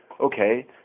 okay